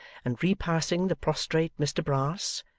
and repassing the prostrate mr brass,